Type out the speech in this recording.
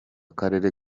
karere